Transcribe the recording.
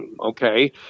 Okay